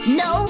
no